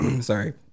sorry